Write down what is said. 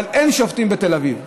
אבל אין שופטים בתל אביב.